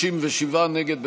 56 נגד,